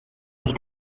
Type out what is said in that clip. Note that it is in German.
dich